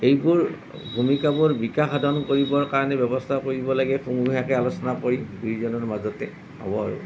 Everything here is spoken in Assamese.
এইবোৰ ভূমিকাবোৰ বিকাশ সাধন কৰিবৰ কাৰণে ব্য়ৱস্থা কৰিব লাগে সমূহীয়াকৈ আলোচনা কৰি দুয়োজনৰ মাজতে হ'ব আৰু